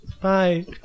Bye